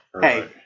hey